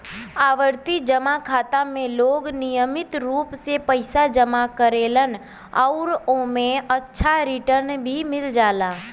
आवर्ती जमा खाता में लोग नियमित रूप से पइसा जमा करेलन आउर एमन अच्छा रिटर्न भी मिल जाला